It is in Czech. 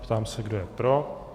Ptám se, kdo je pro.